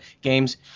games